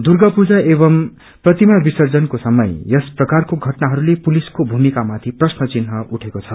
दुर्गा पूजा एवं प्रतिमा विर्सजनको समय यस प्रकारको घटनाहरूले पुलिसको भूमिक्रमाथि प्रश्न चिन्ह उठेको छ